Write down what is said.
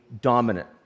dominant